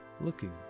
looking